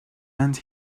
and